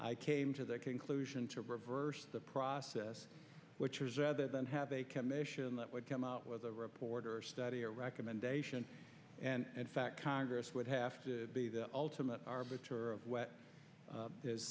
i came to that conclusion to reverse the process which was rather than have a commission that would come out with a reporter or study or recommendation and fact congress would have to be the ultimate arbiter of w